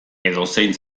edozein